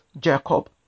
Jacob